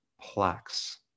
plaques